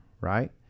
right